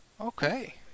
Okay